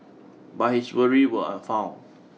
but his worry were unfounded